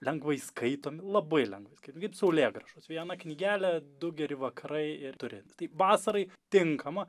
lengvai skaitomi labai lengvai skaitomi kaip saulėgrąžos viena knygelė du geri vakarai ir turi taip vasarai tinkamą